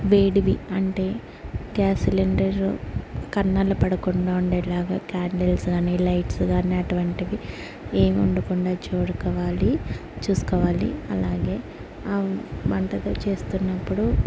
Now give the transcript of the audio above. వేడివి అంటే gas cylinder కన్నాళ్ళు పడకుండా ఉండేలాగా క్యాండిల్స్ కాని లైట్స్ కాని అటువంటిది ఏమీ ఉండకుండా చూసుకోవాలి చూసుకోవాలి అలాగే ఆ మంటతో చేస్తున్నప్పుడు